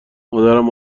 مادرم